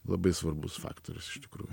labai svarbus faktorius iš tikrųjų